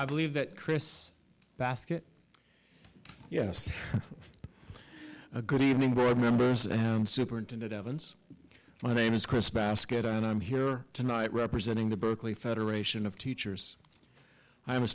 i believe that chris basket yes a good evening by members and superintendent evans my name is chris basket and i'm here tonight representing the berkeley federation of teachers i'm a